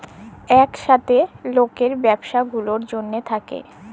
ইকসাথে যে লকের ব্যবছা গুলার জ্যনহে থ্যাকে